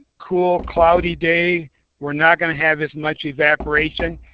cool, cloudy day we're not going to have as much evaporation.